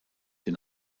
den